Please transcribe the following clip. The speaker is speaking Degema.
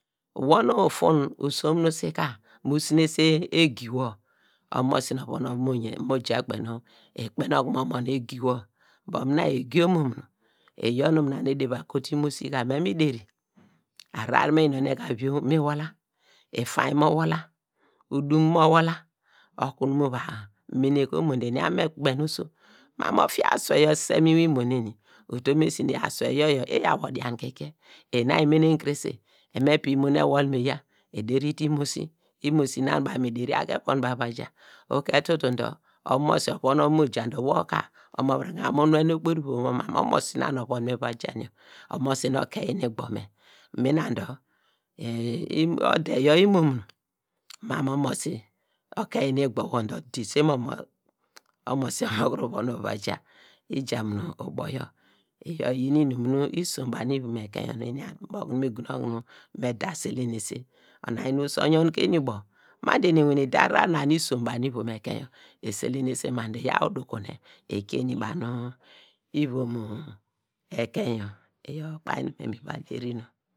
Wor nu ufungi, usom nu usi ka mu sinese egi wori omosi nu ovon wor va mo yen mo ja kpe nu ikpen oku nu mo mon egi wor dor mina egi yor omo mu nu. Iyor nu eda kotu imosi mina dor me mi deri a hrar nu eyinone te aviom mi nol la, udum mo wol la, okunu mu va mene ka omo dor eni abo okunu me kpekpena oso mum mu ofia aswei yor osise mu inwin imo neni utum esi nu asuei yor iyaw odiake ikie. Ina imenen krese emiping imo nu baw me deriya ka evon baw va jaa uketutu dor omosi ovon wor ova mo ja dor wor ka omovuram mu nune okporivom wor ma mu omosi na nu ovom me va jan yor, omosi nu okeyin nu igbor me nuna dor imo ode yor imo munu mam mu omosi okiyin nu igbo, wor dor omosi ovon wor ova mo ja, ija mu nu ubo yor, iyor iyin inum nu isom banu ivom ekein nu eni abo me gunu okunu eni me da slenese onu- oyan oso oyon ke eni ubo ma dor eni ewane da ahrar na isom banu ivom ekein yor eselenese ma dor iyaw udukune ikie eni banu ivom ekein yor, ukpainy nu me me va derin.